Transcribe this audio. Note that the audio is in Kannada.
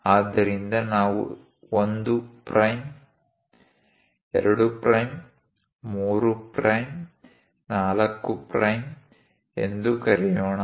ಆದ್ದರಿಂದ ನಾವು 1 ಪ್ರೈಮ್ 2 ಪ್ರೈಮ್ 3 ಪ್ರೈಮ್ 4 ಪ್ರೈಮ್ ಎಂದು ಕರೆಯೋಣ